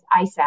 ISAC